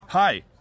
Hi